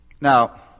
Now